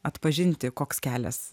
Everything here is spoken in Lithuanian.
atpažinti koks kelias